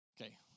Okay